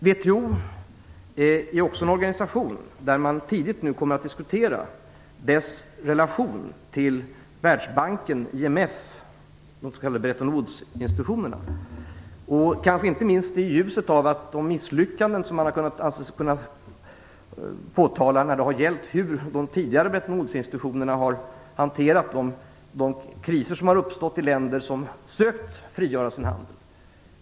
Inom WTO kommer man nu tidigt att diskutera den egna organisationens relation till Världsbanken, IMF, de s.k. Bretton Woods-institutionerna, kanske inte minst i ljuset av de misslyckanden som man har ansett sig kunna påtala när det gäller hur de tidigare Bretton Woods-institutionerna har hanterat de kriser som har uppstått i länder som har försökt att frigöra sin handel.